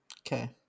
Okay